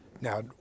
Now